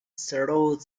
surround